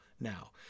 now